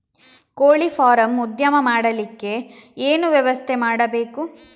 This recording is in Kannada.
ಕೋಳಿ ಫಾರಂ ಉದ್ಯಮ ಮಾಡಲಿಕ್ಕೆ ಏನು ವ್ಯವಸ್ಥೆ ಮಾಡಬೇಕು?